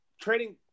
trading